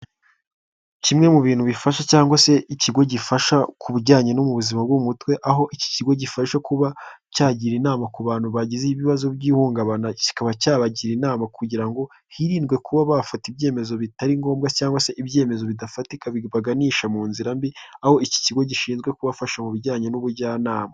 Kimwe mu bintu bifasha cyangwa se ikigo gifasha, ku bijyanye no mu buzima bwo mu mutwe, aho iki kigo gifasha kuba cyagira inama ku bantu bagize ibibazo by'ihungabana, kikaba cyabagira inama, kugira ngo hirindwe kuba bafata ibyemezo bitari ngombwa cyangwa se ibyemezo bidafatika bibaganisha mu nzira mbi, aho iki kigo gishinzwe kubafasha mu bijyanye n'ubujyanama.